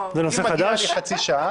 אם מגיעה לי חצי שעה,